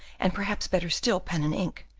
and, perhaps better still, pen and ink,